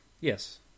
Yes